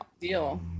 deal